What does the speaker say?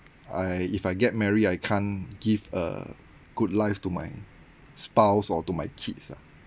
I if I get marry I can't give a good life to my spouse or to my kids lah